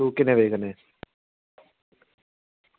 एह् किन्ने बजे कन्नै